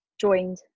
joined